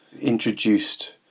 introduced